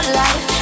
life